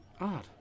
Odd